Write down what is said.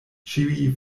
ĉiuj